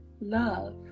love